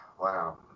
Wow